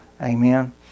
Amen